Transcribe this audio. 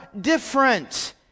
different